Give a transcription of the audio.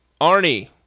Arnie